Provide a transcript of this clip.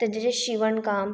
त्यांचे जे शिवणकाम